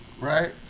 Right